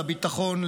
לביטחון,